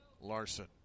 Larson